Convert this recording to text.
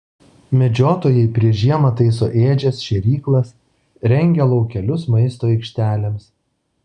medžiotojai prieš žiemą taiso ėdžias šėryklas rengia laukelius maisto aikštelėms